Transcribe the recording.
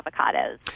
avocados